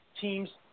teams